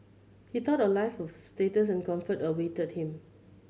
he thought a life of status and comfort awaited him